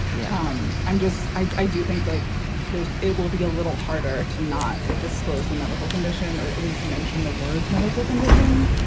yeah. um i'm just i do think like it will be a little harder to not disclose the medical condition or at least mention the words medical condition.